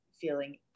feeling